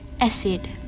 Acid